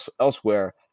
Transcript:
elsewhere